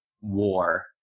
war